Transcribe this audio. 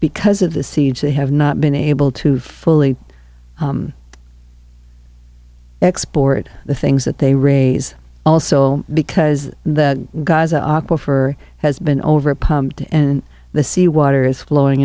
because of the siege they have not been able to fully export the things that they raise also because the gaza awkward for has been over pumped and the sea water is flowing